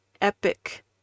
epic